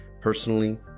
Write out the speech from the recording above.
personally